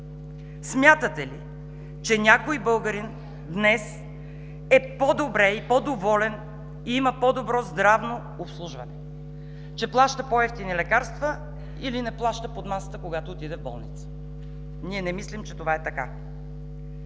Смятате ли, че някой българин днес е по-добре и по-доволен, има по-добро здравно обслужване, че плаща по евтини лекарства или не плаща под масата, когато отиде в болница? Ние не мислим, че това е така!